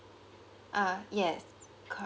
uh yes